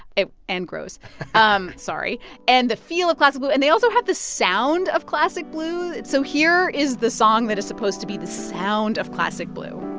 and gross um sorry and the feel of classic blue. and they also had the sound of classic blue. so here is the song that is supposed to be the sound of classic blue